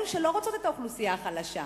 אלה שלא רוצות את האוכלוסייה החלשה.